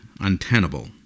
untenable